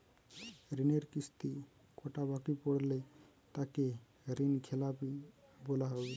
ঋণের কিস্তি কটা বাকি পড়লে তাকে ঋণখেলাপি বলা হবে?